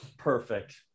perfect